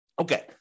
Okay